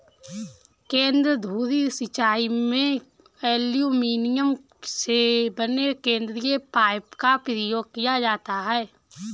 केंद्र धुरी सिंचाई में एल्युमीनियम से बने केंद्रीय पाइप का प्रयोग किया जाता है